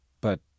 But